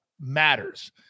matters